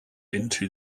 into